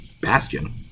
Bastion